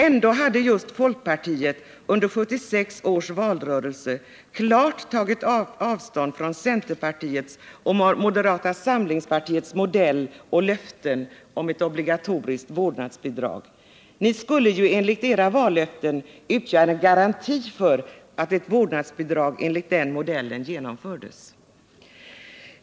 Ändå hade just folkpartiet under 1976 års valrörelse klart tagit avstånd från centerpartiets och moderata samlingspartiets modell för ett obligatoriskt vårdnadsbidrag — dessa båda partier skulle enligt sina vallöften utgöra en garanti för att ett vårdnadsbidrag enligt den modellen genomfördes.